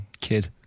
kid